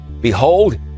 Behold